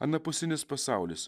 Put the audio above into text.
anapusinis pasaulis